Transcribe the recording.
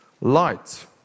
light